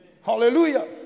Hallelujah